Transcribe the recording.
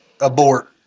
Abort